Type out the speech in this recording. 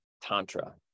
tantra